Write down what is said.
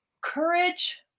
courage